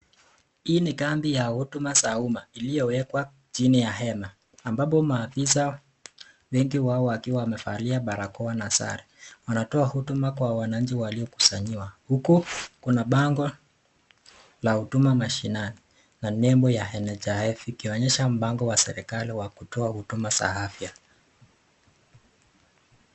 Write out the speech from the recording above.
Hii ni kambi ya huduma za umma iliyowekwa chini ya hema ambapo maofisi wengi wao wakiwa wamevalia barakoa na sare. Wanatoa huduma kwa wananchi walio kusanyika huku kuna bango la huduma mashinani na nembo ya NHIF ikionyesha mpango wa serekali wa kutoa huduma za afya.